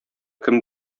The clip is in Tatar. кем